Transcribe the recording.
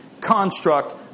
construct